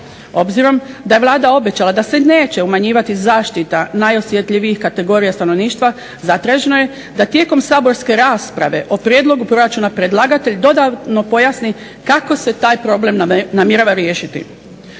Obzirom da je Vlada obećala da se neće umanjivati zaštita najosjetljivijih kategorija stanovništva zatraženo je da tijekom saborske rasprave o prijedlogu proračuna predlagatelj dodatno pojasni kako se taj problem namjerava riješiti.